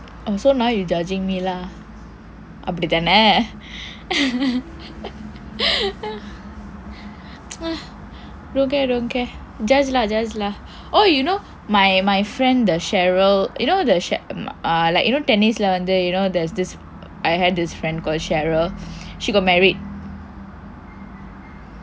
oh so now you judging me lah அப்படி தானே:appadi thane don't care don't care eh judge lah judge lah oh you know my my friend the cheryl you know tennis player there's this I had this friend called cheryl she got married